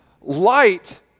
Light